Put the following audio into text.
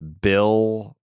Bill